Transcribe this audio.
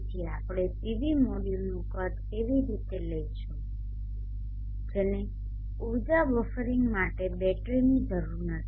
તેથી આપણે PV મોડ્યુલોનું કદ કેવી રીતે લઈશું જેને ઊર્જા બફરિંગ માટે બેટરીની જરૂર નથી